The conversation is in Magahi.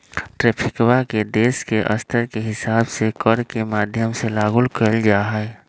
ट्रैफिकवा के देश के स्तर के हिसाब से कर के माध्यम से लागू कइल जाहई